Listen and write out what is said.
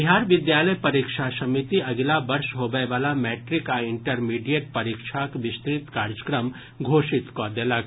बिहार विद्यालय परीक्षा समिति अगिला वर्ष होबय वला मैट्रिक आ इंटरमीडिएट परीक्षाक विस्तृत कार्यक्रम घोषित कऽ देलक